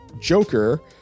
Joker